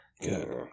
Good